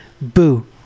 Boo